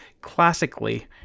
Classically